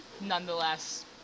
nonetheless